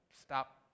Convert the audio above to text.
stop